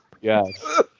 yes